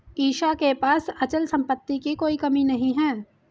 ईशा के पास अचल संपत्ति की कोई कमी नहीं है